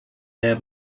der